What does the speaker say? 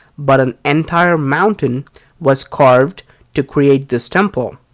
but an entire mountain was carved to create this temple.